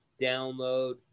download